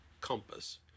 compass